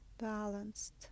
balanced